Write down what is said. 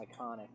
iconic